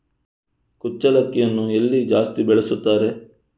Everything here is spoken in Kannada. ಕುಚ್ಚಲಕ್ಕಿಯನ್ನು ಎಲ್ಲಿ ಜಾಸ್ತಿ ಬೆಳೆಸುತ್ತಾರೆ?